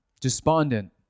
despondent